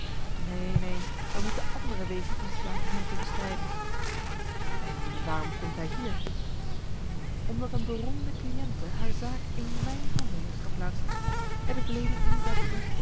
neen neen wij moeten andere wegen inslaan om hem te bestrijden en waarom komt hij hier omdat een beroemde cliënte haar zaak in mijn handen heeft geplaatst het is lady eva